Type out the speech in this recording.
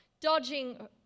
dodging